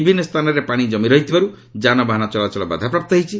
ବିଭିନ୍ନ ସ୍ଥାନରେ ପାଣି ଜମି ରହିଥିବାରୁ ଯାନବାହନ ଚଳାଚଳ ବାଧାପ୍ରାପ୍ତ ହୋଇଛି